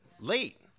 late